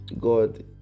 God